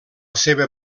seva